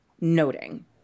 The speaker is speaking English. noting